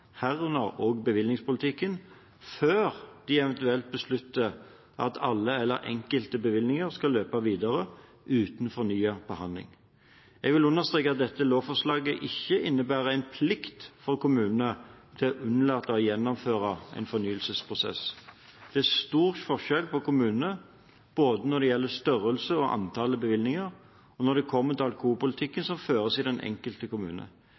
herunder også bevillingspolitikken, før de eventuelt beslutter at alle eller enkelte bevillinger skal løpe videre, uten fornyet behandling. Jeg vil understreke at dette lovforslaget ikke innebærer en plikt for kommunene til å unnlate å gjennomføre en fornyelsesprosess. Det er stor forskjell på kommunene når det gjelder både størrelse og antall bevillinger, og når det kommer til alkoholpolitikken som føres i den enkelte kommune.